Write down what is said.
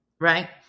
right